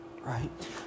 Right